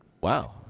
Wow